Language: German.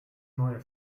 neue